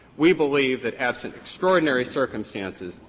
we believe that, absent extraordinary circumstances,